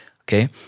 okay